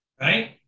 Right